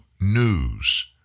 News